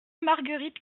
marguerite